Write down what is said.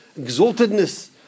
exaltedness